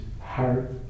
Heart